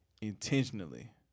intentionally